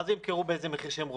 מה זה "ימכרו באיזה מחיר שהם רוצים"?